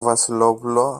βασιλόπουλο